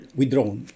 withdrawn